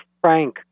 frank